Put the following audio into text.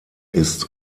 ist